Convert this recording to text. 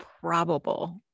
probable